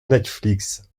netflix